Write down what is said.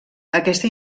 aquesta